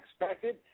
expected